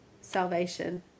Salvation